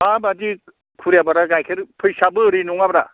माबायदि खुरिया फारिया गाइखेर फैसायाबो ओरैनो नङाब्रा